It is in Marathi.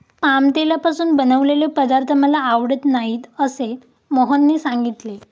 पाम तेलापासून बनवलेले पदार्थ मला आवडत नाहीत असे मोहनने सांगितले